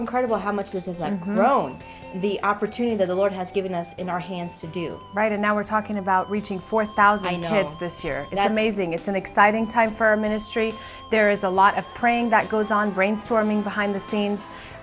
incredible how much this is i'm grown the opportunity to the lord has given us in our hands to do right and now we're talking about reaching four thousand heads this year and i mazing it's an exciting time for our ministry there is a lot of praying that goes on brainstorming behind the scenes